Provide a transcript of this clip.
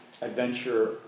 adventure